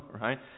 Right